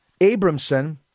Abramson